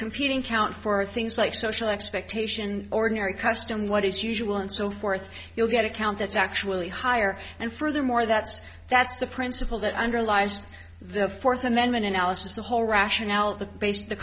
computing count for things like social expectation ordinary custom what is usual and so forth you'll get a count that's actually higher and furthermore that's that's the principle that underlies the fourth amendment analysis the whole rationale the base the